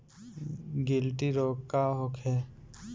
गिल्टी रोग का होखे?